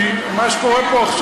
אני הסברתי כרגע, חברת הכנסת זנדברג.